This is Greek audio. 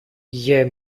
γιε